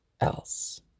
else